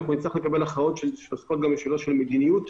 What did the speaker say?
אנחנו הצלחנו לקבל הכרעות שעוסקות בשאלות של מדיניות.